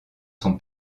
son